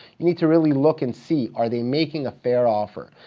you need to really look and see are they making a fair offer?